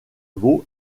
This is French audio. veaux